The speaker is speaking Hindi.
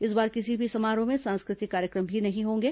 इस बार किसी भी समारोह में सांस्कृतिक कार्यक्रम भी नहीं होंगे